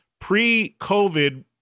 pre-COVID